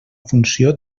funció